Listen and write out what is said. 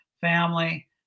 family